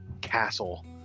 castle